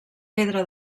pedra